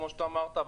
כמו שאמרת,